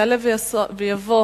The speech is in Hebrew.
יעלה ויבוא